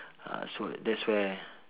ah so that's where